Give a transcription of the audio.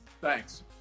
Thanks